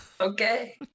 Okay